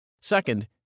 Second